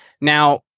Now